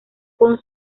con